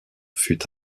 fut